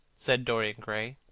said dorian gray,